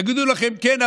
יגידו לכם: כן,